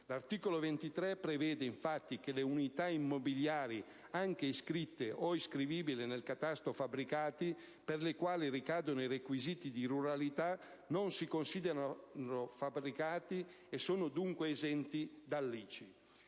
articolo prevede infatti che le unità immobiliari, anche iscritte o iscrivibili nel catasto fabbricati, per le quali ricorrono i requisiti di ruralità non si considerano fabbricati e sono dunque esenti da ICI.